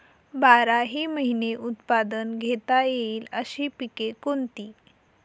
बाराही महिने उत्पादन घेता येईल अशी पिके कोणती?